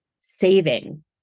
saving